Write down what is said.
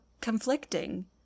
conflicting